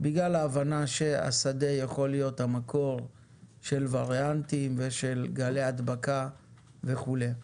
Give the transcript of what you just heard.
בגלל ההבנה שהשדה יכול להיות המקור של וריאנטים ושל גלי הדבקה וכולי.